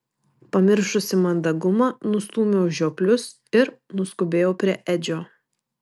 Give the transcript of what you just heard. pamiršusi mandagumą nustūmiau žioplius ir nuskubėjau prie edžio